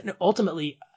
ultimately